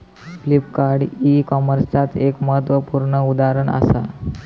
Flipkart ई कॉमर्सचाच एक महत्वपूर्ण उदाहरण असा